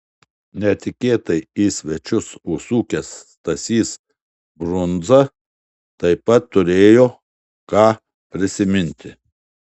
netikėtai į svečius užsukęs stasys brundza taip pat turėjo ką prisiminti